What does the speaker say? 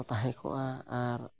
ᱛᱟᱦᱮᱸ ᱠᱚᱜᱼᱟ ᱟᱨ